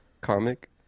comic